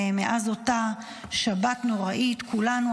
ומאז אותה שבת נוראית כולנו,